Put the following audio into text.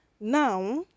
Now